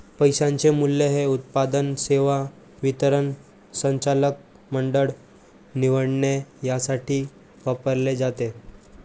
पैशाचे मूल्य हे उत्पादन, सेवा वितरण, संचालक मंडळ निवडणे यासाठी वापरले जाते